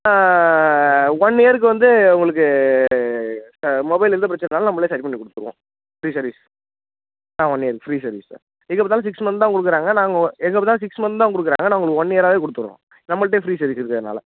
one இயர்க்கு வந்து உங்களுக்கு மொபைல் எந்த பிரச்சனை இருந்தாலும் நம்மளே சரி பண்ணி கொடுத்துருவோம் ஃப்ரீ சர்வீஸ் ஆ ஒன் இயர்க்கு ஃப்ரீ சர்வீஸ் சார் எங்கே பார்த்தாலும் சிக்ஸ் மந்த்து தான் கொடுக்குறாங்க நாங்கள் எங்கே பார்த்தாலும் சிக்ஸ் மந்த்து தான் கொடுக்குறாங்க நாங்கள் உங்களுக்கு ஒன் இயராவே கொடுத்துட்றோம் நம்மள்ட்டே ஃப்ரீ சர்வீஸ் இருக்கிறதுனால